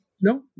No